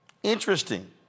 interesting